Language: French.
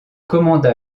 commanda